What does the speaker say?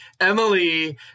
Emily